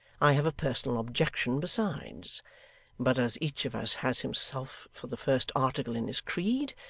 i have a personal objection besides but as each of us has himself for the first article in his creed,